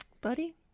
buddy